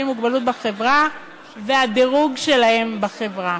עם מוגבלות בחברה והדירוג שלהם בחברה.